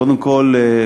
קודם כול,